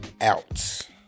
out